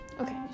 Okay